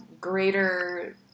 greater